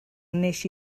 wnes